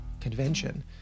Convention